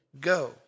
go